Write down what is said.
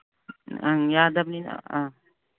ꯑꯪ ꯌꯥꯗꯝꯅꯤꯅ ꯑꯥ